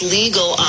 legal